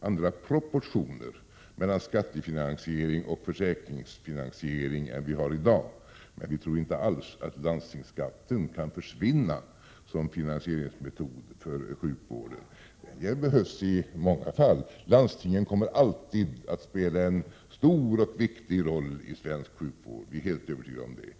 andra proportioner mellan skattefinansiering och försäkringsfinansiering än vi har i dag. Men vi tror inte alls att landstingsskatten kan försvinna som finansieringsmetod för sjukvår den. Den behövs i många fall. Landstingen kommer alltid att spela en stor och viktig roll i svensk sjukvård. Vi är helt övertygade om det.